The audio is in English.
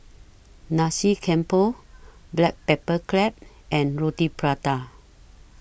Nasi Campur Black Pepper Crab and Roti Prata